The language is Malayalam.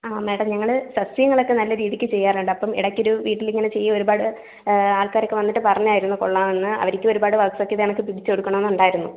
ആ മേഡം ഞങ്ങൾ സസ്യങ്ങളൊക്കെ നല്ല രീതിക്ക് ചെയ്യാറുണ്ട് അപ്പം ഇടയ്ക്കൊരു വീട്ടിലിങ്ങനെ ചെയ്തു ഒരുപാട് ആൾക്കാരൊക്കെ വന്നിട്ട് പറഞ്ഞായിരുന്നു കൊള്ളാമെന്ന് അവർക്കും ഒരുപാട് വർക്സൊക്കെ ഇതേക്കണക്ക് പിടിച്ച് കൊടുക്കണമെന്ന് ഉണ്ടായിരുന്നു